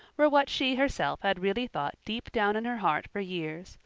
were what she herself had really thought deep down in her heart for years,